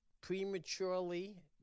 prematurely